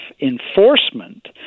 enforcement